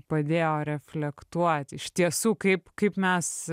padėjo reflektuot iš tiesų kaip kaip mes